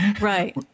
Right